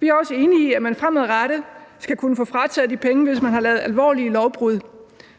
Vi er også enige i, at man fremadrettet skal kunne få frataget de penge, hvis man har lavet alvorlige lovbrud,